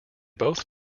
both